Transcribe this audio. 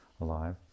alive